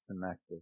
semester